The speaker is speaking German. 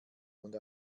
und